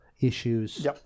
issues